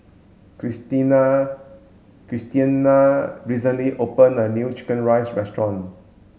Christiana Christiana recently opened a new chicken rice restaurant